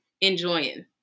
enjoying